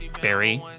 Barry